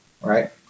right